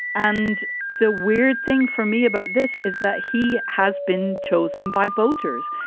and the weird thing for me about this is that he has been chosen by voters.